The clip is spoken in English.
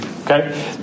okay